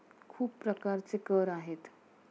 खूप प्रकारचे कर आहेत